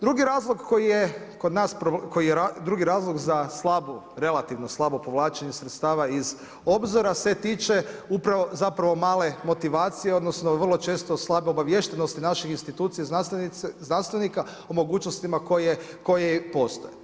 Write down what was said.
Drugi razlog koji je kod nas, drugi razlog za slabu, relativno slabo povlačenje sredstava iz obzora se tiče upravo, zapravo male motivacije, zapravo vrlo često slabo obaviještenosti naših institucija, znanstvenika o mogućnostima koje postoje.